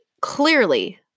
clearly